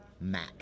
Mac